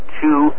two